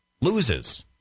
loses